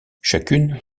chacune